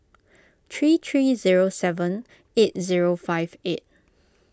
three three zero seven eight zero five eight